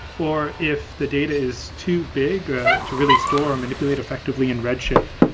or if the data is too big ah to really store and manipulate effectively in redshift,